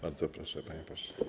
Bardzo proszę, panie pośle.